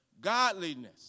godliness